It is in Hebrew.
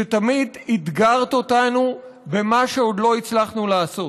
שתמיד אתגרת אותנו במה שעוד לא הצלחנו לעשות,